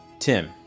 Tim